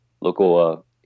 local